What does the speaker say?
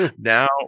now